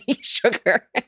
sugar